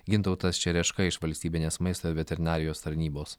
gintautas čereška iš valstybinės maisto ir veterinarijos tarnybos